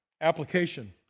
application